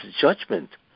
judgment